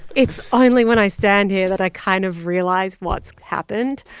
it's only when i stand here that i kind of realize what's happened.